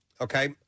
Okay